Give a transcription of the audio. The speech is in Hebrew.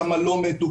כמה לא מתו,